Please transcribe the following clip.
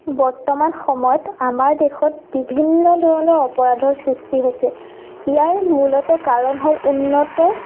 বৰ্তমান সময়ত আমাৰ দেশত বিভিন্ন ধৰণৰ অপৰাধৰ সৃষ্টি হৈছে ইয়াৰ মূলতঃ কাৰণ হ'ল উন্নত